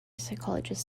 psychologist